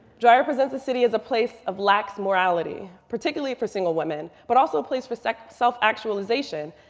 dreiser presents the city as a place of lax morality, particularly for single women, but also a place for self self actualization.